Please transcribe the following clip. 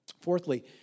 Fourthly